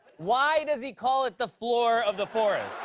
why does he call it the floor of the forest?